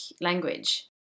language